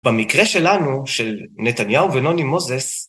במקרה שלנו, של נתניהו ונוני מוזס,